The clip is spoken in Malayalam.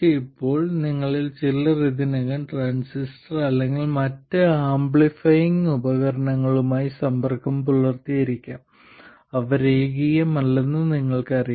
ഇപ്പോൾ നിങ്ങളിൽ ചിലർ ഇതിനകം ട്രാൻസിസ്റ്റർ അല്ലെങ്കിൽ മറ്റ് ആംപ്ലിഫയിംഗ് ഉപകരണങ്ങളുമായി സമ്പർക്കം പുലർത്തിയിരിക്കാം അവ രേഖീയമല്ലെന്ന് നിങ്ങൾക്കറിയാം